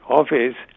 office